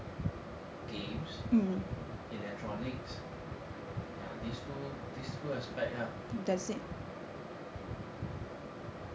games electronics ya this two this two aspects lah